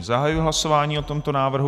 Zahajuji hlasování o tomto návrhu.